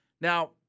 Now